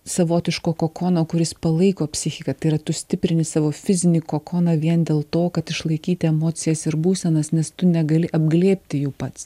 savotiško kokono kuris palaiko psichiką tai yra tu stiprini savo fizinį kokoną vien dėl to kad išlaikyti emocijas ir būsenas nes tu negali apglėbti jų pats